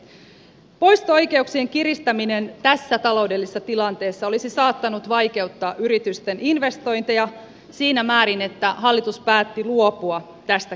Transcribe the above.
poisto oikeuksien kiristäminen tässä taloudellisessa tilanteessa olisi saattanut vaikeuttaa yritysten investointeja siinä määrin että hallitus päätti luopua tästä kiristyksestä